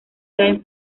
time